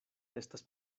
estas